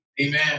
Amen